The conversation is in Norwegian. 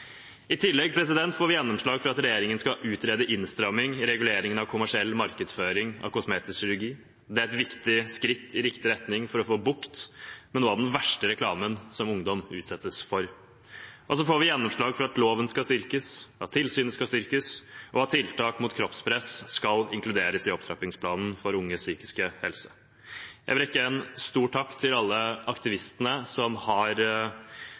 I tillegg får vi gjennomslag for at regjeringen skal utrede innstramming i reguleringen av kommersiell markedsføring av kosmetisk kirurgi. Det er et viktig skritt i riktig retning for å få bukt med noe av den verste reklamen som ungdom utsettes for. Vi får også gjennomslag for at loven skal styrkes, at tilsynet skal styrkes, og at tiltak mot kroppspress skal inkluderes i opptrappingsplanen for unges psykiske helse. Jeg vil rette en stor takk til alle aktivistene som har